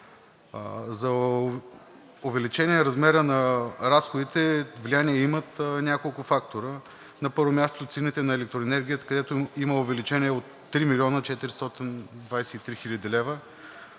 За увеличение размера на разходите влияние имат няколко фактора. На първо място, цените на електроенергията, където има увеличение от 3 млн. 423 хил. лв.